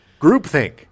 Groupthink